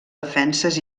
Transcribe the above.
defenses